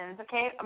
Okay